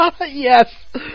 Yes